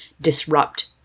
disrupt